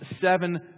seven